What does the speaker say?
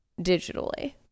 digitally